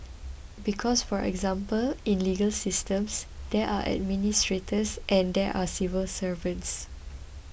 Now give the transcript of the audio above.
because for example in legal systems there are administrators and there are civil servants